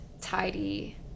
tidy